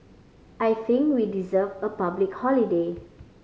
I think we deserve a public holiday